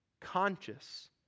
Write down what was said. conscious